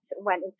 went